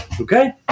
Okay